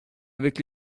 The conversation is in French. avec